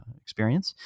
experience